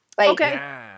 Okay